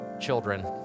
children